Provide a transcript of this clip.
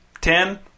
Ten